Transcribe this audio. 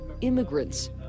immigrants